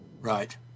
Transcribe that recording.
Right